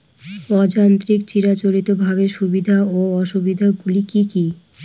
অযান্ত্রিক চিরাচরিতভাবে সুবিধা ও অসুবিধা গুলি কি কি?